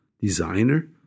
designer